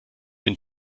den